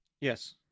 Yes